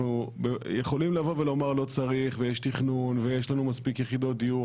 אנחנו יכולים לבוא ולומר לא צריך ויש תכנון ויש לנו מספיק יחידות דיור,